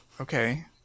okay